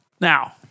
Now